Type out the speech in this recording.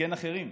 לסכן אחרים.